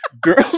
Girls